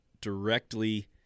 directly